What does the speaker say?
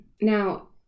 Now